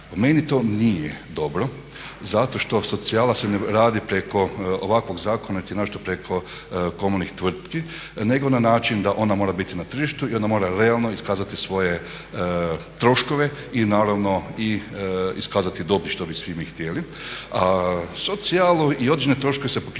Po meni to nije dobro zato što socijala se ne radi preko ovakvog zakona niti naročito preko komunalnih tvrtki nego na način da ona mora biti na tržištu i ona mora realno iskazati svoje troškove i naravno i iskazati dobit što bi svi mi htjeli. A socijalu i određene troškove se pokriva